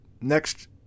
next